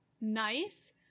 nice